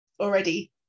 already